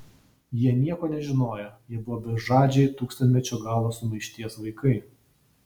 jie nieko nežinojo jie buvo bežadžiai tūkstantmečio galo sumaišties vaikai